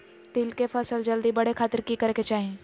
तिल के फसल जल्दी बड़े खातिर की करे के चाही?